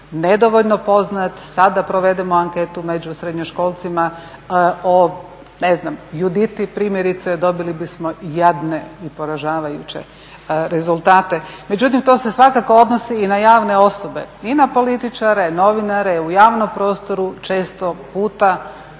Nedovoljno poznat, sada da provedemo anketu među srednjoškolcima o ne znam Juditi primjerice dobili bismo jadne i poražavajuće rezultate. Međutim to se svakako odnosi i na javne osobe i na političare, novinare. U javnom prostoru često puta čujete